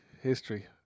history